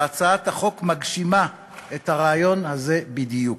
והצעת החוק מגשימה את הרעיון הזה בדיוק.